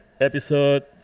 episode